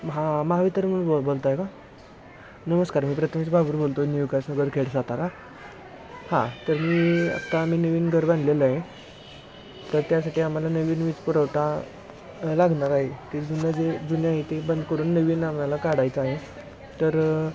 म्हा महावितरणमधून बोलताय का नमस्कार मी प्रतमेश बाबर बोलतो आहे न्यूकाशनगर खेड सातारा हां तर मी आत्ता आम्ही नवीन घर बांधलेलं आहे तर त्यासाठी आम्हाला नवीन वीज पुरवठा लागणार आहे की जुनं जे जुनं आहे ते बंद करून नवीन आम्हाला काढायचं आहे तर